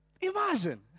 Imagine